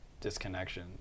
disconnection